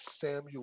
Samuel